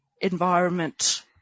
environment